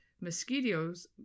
mosquitoes